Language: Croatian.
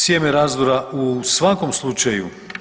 Sjeme razdora u svakom slučaju.